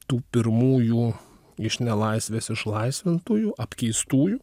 tų pirmųjų iš nelaisvės išlaisvintųjų apkeistųjų